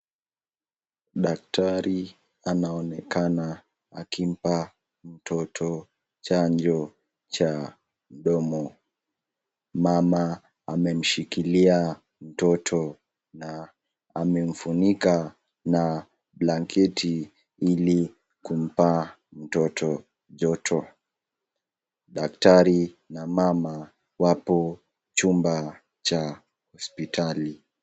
Daktari anaonekana akimpa mtoto chanjo cha mdomo. Mama amemshikilia mtoto na amemfunika na blanketi ili kumpa mtoto joto. Daktari na mama wapo chumba cha hosipitali.